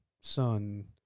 son